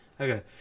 Okay